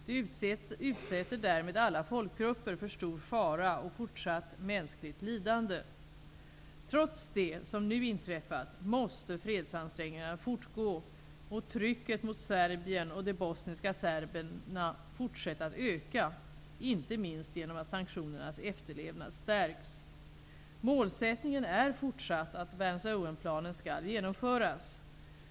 De utsätter därmed alla folkgrupper för stor fara och fortsatt mänskligt lidande. Trots det som nu inträffat måste fredsansträngningarna fortgå och trycket mot Serbien och de bosniska serberna fortsätta att öka, inte minst genom att sanktionernas efterlevnad stärks. Målsättningen är fortsatt att Vance--Owenplanen skall genomföras.